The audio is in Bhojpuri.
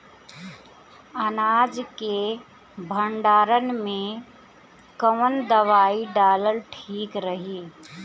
अनाज के भंडारन मैं कवन दवाई डालल ठीक रही?